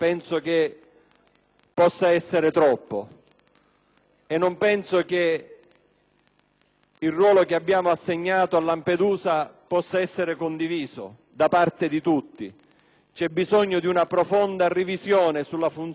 il ruolo che abbiamo assegnato a Lampedusa possa essere condiviso da tutti. C'è bisogno di una profonda revisione della funzione che abbiamo assegnato a quella piccola isola. È sbagliato